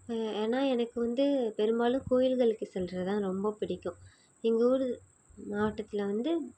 ஏன்னால் எனக்கு வந்து பெரும்பாலும் கோயில்களுக்கு செல்லுறதுதான் ரொம்பப்பிடிக்கும் எங்கள் ஊர் மாவட்டத்தில் வந்து